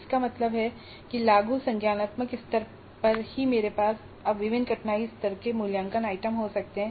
इसका मतलब है कि लागू संज्ञानात्मक स्तर पर ही मेरे पास अब विभिन्न कठिनाई स्तरों के मूल्यांकन आइटम हो सकते हैं